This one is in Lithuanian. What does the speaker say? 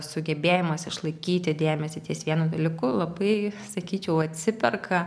sugebėjimas išlaikyti dėmesį ties vienu dalyku labai sakyčiau atsiperka